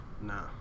Nah